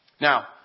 Now